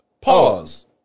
Pause